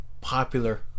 popular